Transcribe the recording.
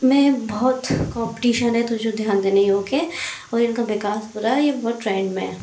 में बहुत कोम्पटीशन है तो जो ध्यान देने योग्य है और इनका विकास हो रहा है यह बहुत ट्रेंड में हैं